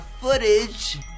footage